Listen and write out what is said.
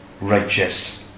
righteous